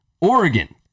Oregon